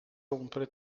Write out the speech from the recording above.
rompere